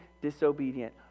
disobedient